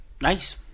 nice